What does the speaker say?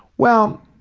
well,